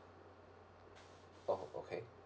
oh okay